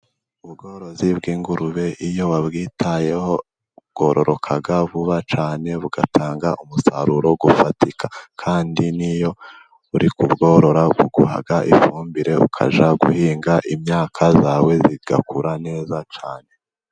Ubworozi bw'ingurube iyo babwitayeho bwororoka vuba cyane bugatanga umusaruro ufatika , kandi ni yo uri kubworora buguha ifumbire, ukajya guhinga imyaka yawe igakura neza cyane.